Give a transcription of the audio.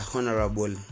Honorable